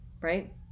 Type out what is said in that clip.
right